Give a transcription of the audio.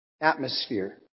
atmosphere